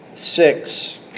Six